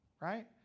Right